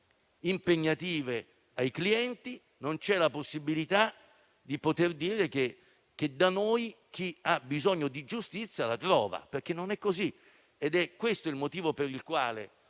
non c'è la possibilità di dire che da noi chi ha bisogno di giustizia la trova, perché non è così.